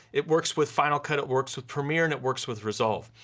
it works with final cut, it works with premiere and it works with resolve.